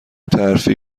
ترفیع